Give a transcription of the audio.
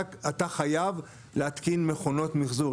אתה חייב להתקין מכונות מחזור.